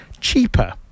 cheaper